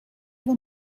were